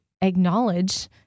acknowledge